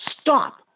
Stop